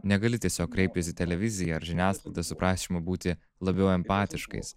negali tiesiog kreiptis į televiziją ar žiniasklaidą su prašymu būti labiau empatiškais